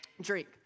drink